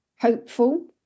hopeful